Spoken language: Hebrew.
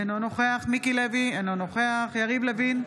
אינו נוכח מיקי לוי, אינו נוכח יריב לוין,